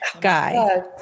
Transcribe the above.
guy